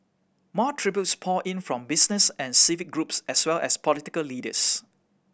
more tributes poured in from business and civic groups as well as political leaders